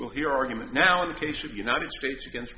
well your argument now in the case of united states against